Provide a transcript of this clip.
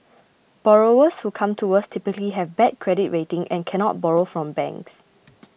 borrowers who come to us typically have bad credit rating and cannot borrow from banks